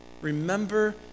Remember